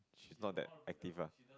she's not that active ah